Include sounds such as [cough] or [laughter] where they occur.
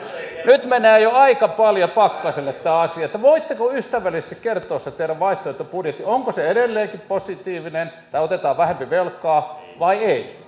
nyt menee jo aika paljon pakkaselle tämä asia että voitteko ystävällisesti kertoa sen teidän vaihtoehtobudjetin onko se edelleen positiivinen ja otetaan vähempi velkaa vai ei [unintelligible]